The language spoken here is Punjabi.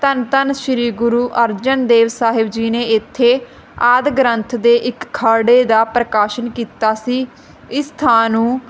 ਧੰਨ ਧੰਨ ਸ੍ਰੀ ਗੁਰੂ ਅਰਜਨ ਦੇਵ ਸਾਹਿਬ ਜੀ ਨੇ ਇੱਥੇ ਆਦਿ ਗ੍ਰੰਥ ਦੇ ਇੱਕ ਖਰੜੇ ਦਾ ਪ੍ਰਕਾਸ਼ਿਤ ਕੀਤਾ ਸੀ ਇਸ ਸਥਾਨ ਨੂੰ